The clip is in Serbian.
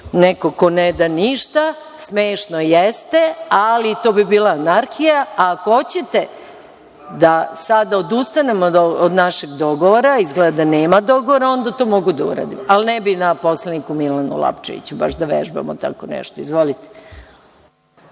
neko ko ne da ništa, smešno jeste, ali to bi bila anarhija. Ako hoćete da sada odustanem od našeg dogovora, izgleda da nema dogovora, onda to mogu da uradim, ali ne bih na poslaniku Milanu Lapčeviću baš da vežbamo tako nešto. Izvolite.